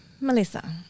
Melissa